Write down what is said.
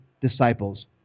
disciples